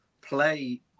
play